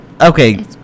okay